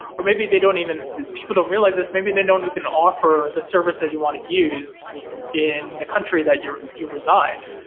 or maybe they don't even people don't realize this, maybe they don't even offer the service that you want to use in the country that you reside.